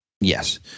Yes